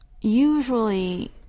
Usually